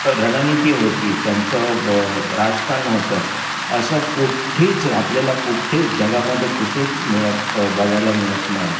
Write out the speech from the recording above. रणनीती होती त्यांचं ब राजकारण होतं असं कुठेच आपल्याला कुठेच जगामध्ये कुठेच मिळत बघायला मिळत नाही